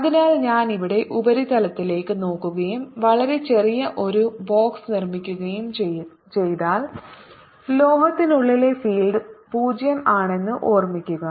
അതിനാൽ ഞാൻ ഇവിടെ ഉപരിതലത്തിലേക്ക് നോക്കുകയും വളരെ ചെറിയ ഒരു ബോക്സ് നിർമ്മിക്കുകയും ചെയ്താൽ ലോഹത്തിനുള്ളിലെ ഫീൽഡ് 0 ആണെന്ന് ഓർമ്മിക്കുക